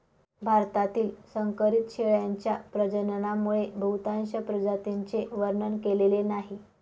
भारतातील संकरित शेळ्यांच्या प्रजननामुळे बहुतांश प्रजातींचे वर्णन केलेले नाही